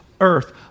earth